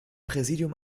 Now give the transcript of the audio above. präsidium